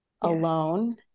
alone